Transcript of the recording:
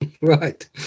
Right